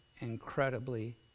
incredibly